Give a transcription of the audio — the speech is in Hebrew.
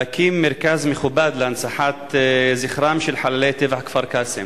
להקים מרכז מכובד להנצחת זכרם של חללי טבח כפר-קאסם.